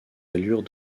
allures